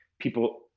People